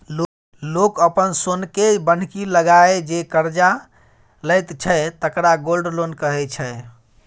लोक अपन सोनकेँ बन्हकी लगाए जे करजा लैत छै तकरा गोल्ड लोन कहै छै